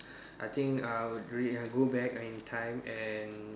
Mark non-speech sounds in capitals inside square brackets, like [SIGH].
[BREATH] I think I'll re I'll go back in time and